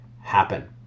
happen